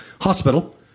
hospital